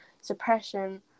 suppression